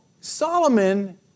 Solomon